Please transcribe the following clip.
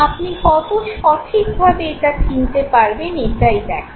আপনি কত সঠিকভাবে এটা চিনতে পারবেন এটাই দেখার